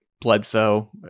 Bledsoe